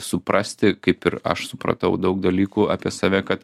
suprasti kaip ir aš supratau daug dalykų apie save kad